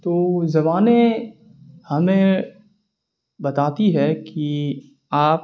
تو زبانیں ہمیں بتاتی ہے کہ آپ